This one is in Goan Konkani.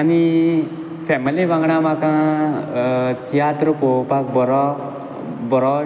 आनी फेमिली वांगडा म्हाका तियात्र पळोवपाक बरो बरो